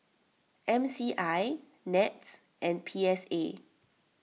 M C I NETS and P S A